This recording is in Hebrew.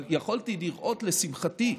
אבל יכולתי לראות, לשמחתי,